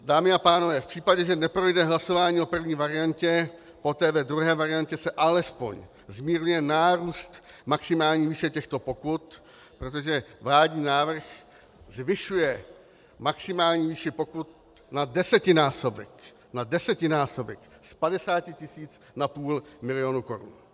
Dámy a pánové, v případě, že neprojde hlasování o první variantě, poté ve druhé variantě se alespoň zmírňuje nárůst maximální výše těchto pokut, protože vládní návrh zvyšuje maximální výši pokut na desetinásobek, z 50 tisíc na půl milionu korun.